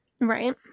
right